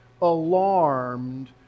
alarmed